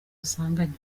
asanganywe